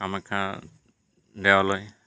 কামাখ্যা দেৱালয়